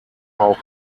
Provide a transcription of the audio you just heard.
auch